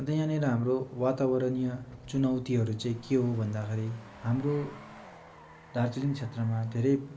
अन्त यहाँनिर हाम्रो वातावरणीय चुनौतीहरू चाहिँ के हो भन्दाखेरि हाम्रो दार्जिलिङ क्षेत्रमा धेरै